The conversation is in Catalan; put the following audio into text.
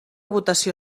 votació